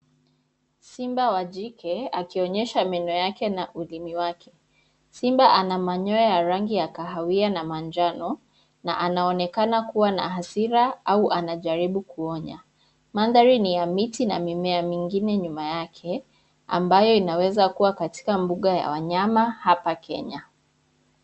Simba wa jike akionyesha meno yake na ulimi wake. Simba ana manyoa ya rangi ya kahawia na manjano na anaonekana kuwa na hasira au anajaribu kuonya. Mandhari ni ya miti na mimea mingine nyuma yake ambayo inaweza kuwa katika mbuga ya wanyama hapa Kenya.